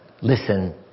Listen